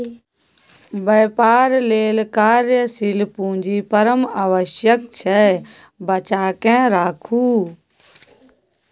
बेपार लेल कार्यशील पूंजी परम आवश्यक छै बचाकेँ राखू